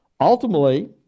Ultimately